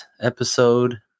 episode